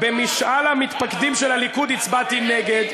אבל אני במשאל המתפקדים של הליכוד הצבעתי נגד.